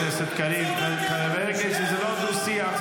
חבר הכנסת קריב, זה לא דו-שיח.